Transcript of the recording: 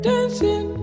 Dancing